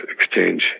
exchange